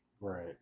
Right